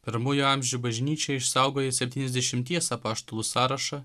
pirmųjų amžių bažnyčia išsaugojo septyniasdešimties apaštalų sąrašą